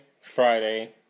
Friday